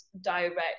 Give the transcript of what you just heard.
direct